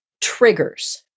triggers